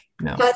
no